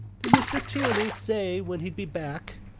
did mr. tierney say when he'd be back?